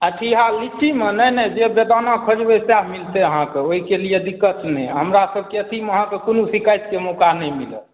की हँ लीचीमे नहि नहि जे बेदाना खोजबै सहए मिलतै अहाँकेँ ओहिके लिए दिक्कत नहि हमरासबकेँ अथिमे अहाँकेँ कोनो शिकायतके मौका नहि मिलत